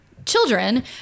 Children